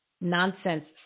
nonsense